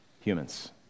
humans